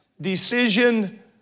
decision